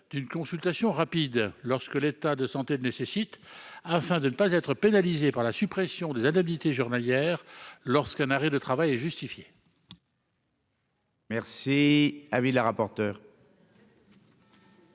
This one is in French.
d'une consultation rapide lorsque l'état de santé, nécessite, afin de ne pas être pénalisés par la suppression des indemnités journalières, lorsqu'un arrêt de travail est justifiée. Merci. Ah oui, la rapporteure.